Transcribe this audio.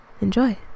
enjoy